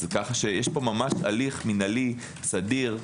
יש פה ממש הליך מינהלי סדיר,